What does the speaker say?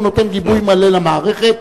והוא נותן גיבוי מלא למערכת,